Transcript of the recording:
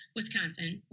Wisconsin